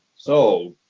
so,